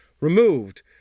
Removed